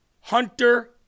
Hunter